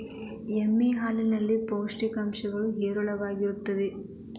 ಎಮ್ಮೆ ಹಾಲಿನಲ್ಲಿ ಪೌಷ್ಟಿಕಾಂಶ ಹೇರಳವಾಗಿದೆ